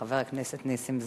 חבר הכנסת נסים זאב.